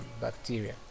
bacteria